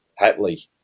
Hatley